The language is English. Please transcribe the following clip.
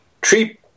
tree